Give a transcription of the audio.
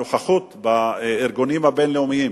הנוכחות בארגונים הבין-לאומיים,